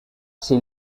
she